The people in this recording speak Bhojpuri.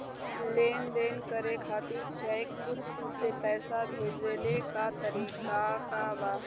लेन देन करे खातिर चेंक से पैसा भेजेले क तरीकाका बा?